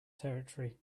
territory